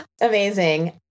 Amazing